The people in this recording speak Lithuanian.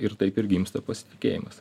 ir taip ir gimsta pasitikėjimas